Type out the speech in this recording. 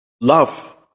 love